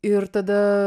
ir tada